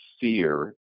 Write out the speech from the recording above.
fear